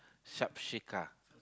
Subsuka